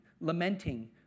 lamenting